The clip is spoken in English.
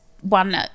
one